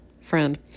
friend